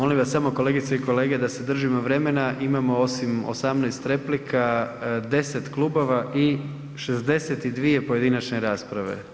Molimo vas samo kolegice i kolege da se držimo vremena, imamo osim 18 replika 10 klubova i 62 pojedinačne rasprave.